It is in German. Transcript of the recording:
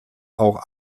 auch